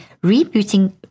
rebooting